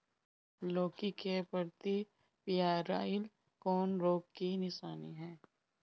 लौकी के पत्ति पियराईल कौन रोग के निशानि ह?